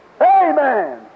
Amen